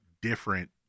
different